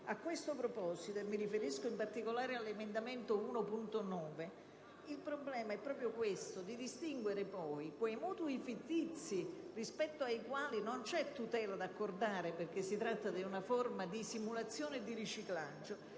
A questo proposito, e mi riferisco in particolare all'emendamento 1.9, il problema è distinguere i mutui fittizi - rispetto ai quali non c'è tutela da accordare, perché si tratta di una forma di simulazione e di riciclaggio